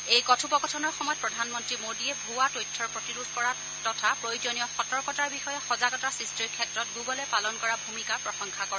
এই কথোপকথনৰ সময়ত প্ৰধানমন্ত্ৰী মোদীয়ে ভুৱা তথ্য প্ৰতিৰোধ কৰা তথা প্ৰয়োজনীয় সতৰ্কতাৰ বিষয়ে সজাগতা সৃষ্টিৰ ক্ষেত্ৰত গুগুলে পালন কৰা ভূমিকাৰ প্ৰশংসা কৰে